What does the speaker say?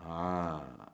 ah